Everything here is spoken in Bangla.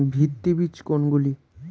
ভিত্তি বীজ কোনগুলি?